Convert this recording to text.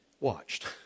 watched